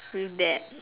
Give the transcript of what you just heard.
with that